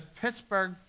Pittsburgh